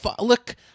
Look